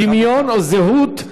דמיון או זהות,